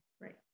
Right